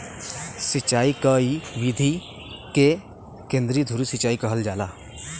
सिंचाई क इ विधि के केंद्रीय धूरी सिंचाई कहल जाला